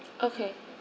okay